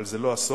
אבל זה לא הסוף,